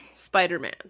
Spider-Man